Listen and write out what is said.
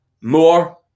more